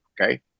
Okay